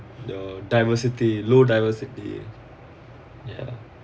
the diversity low diversity ya